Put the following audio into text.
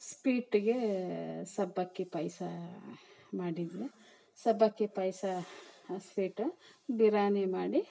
ಸ್ವೀಟಿಗೇ ಸಬ್ಬಕ್ಕಿ ಪಾಯ್ಸಾ ಮಾಡಿದ್ವಿ ಸಬ್ಬಕ್ಕಿ ಪಾಯ್ಸಾ ಸ್ವೀಟು ಬಿರ್ಯಾನಿ ಮಾಡಿ